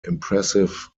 impressive